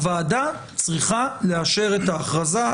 הוועדה צריכה לאשר את ההכרזה.